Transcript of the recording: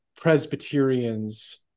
Presbyterians